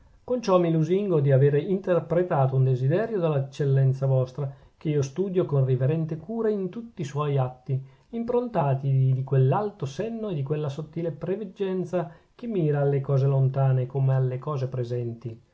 con ciò mi lusingo di avere interpretato un desiderio della eccellenza vostra che io studio con riverente cura in tutti i suoi atti improntati di quell'alto senno e di quella sottile preveggenza che mira alle cose lontane come alle cose presenti